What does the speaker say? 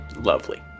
Lovely